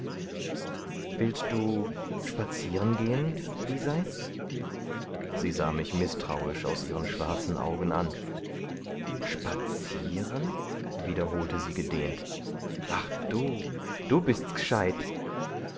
willst du spazierengehen lisei sie sah mich mißtrauisch aus ihren schwarzen augen an spazieren wiederholte sie gedehnt ach du du bist g'scheit